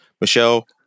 Michelle